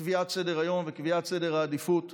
קביעת סדר-היום וקביעת סדר העדיפויות